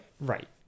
right